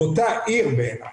באותה עיר בעיני.